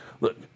Look